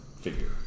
figure